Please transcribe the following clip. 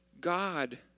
God